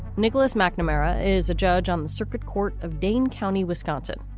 nicholas macnamara is a judge on the circuit court of dane county, wisconsin.